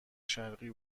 شرقی